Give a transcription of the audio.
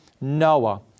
Noah